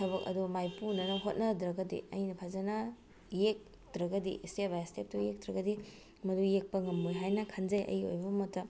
ꯊꯕꯛ ꯑꯗꯣ ꯃꯥꯏꯄꯨꯅꯅ ꯍꯣꯠꯅꯗ꯭ꯔꯒꯗꯤ ꯑꯩꯅ ꯐꯖꯅ ꯌꯦꯛꯇ꯭ꯔꯒꯗꯤ ꯁ꯭ꯇꯦꯞ ꯕꯥꯏ ꯁ꯭ꯇꯦꯞꯇꯨ ꯌꯦꯛꯇ꯭ꯔꯒꯗꯤ ꯃꯗꯨ ꯌꯦꯛꯄ ꯉꯝꯃꯣꯏ ꯍꯥꯏꯅ ꯈꯟꯖꯩ ꯑꯩꯒꯤ ꯑꯣꯏꯕ ꯃꯣꯠꯇ